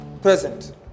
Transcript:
present